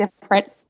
different